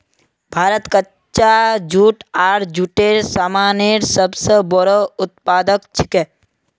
भारत कच्चा जूट आर जूटेर सामानेर सब स बोरो उत्पादक छिके